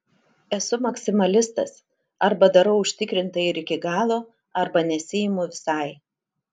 esu maksimalistas arba darau užtikrintai ir iki galo arba nesiimu visai